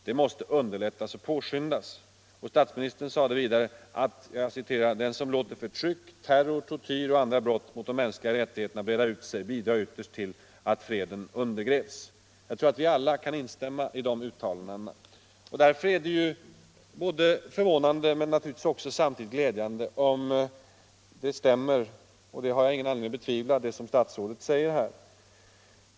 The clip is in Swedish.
Det måste underlättas och påskyndas. Statsministern sade vidare: Den som låter förtryck, terror, tortyr och andra brott mot de mänskliga rättigheterna breda ut sig bidrar ytterst till att freden undergrävs. Jag tror att vi alla kan instämma i de uttalandena. Därför är det förvånande, men samtidigt också glädjande, om det statsrådet här säger stämmer. Och det har ingen anledning att betvivla.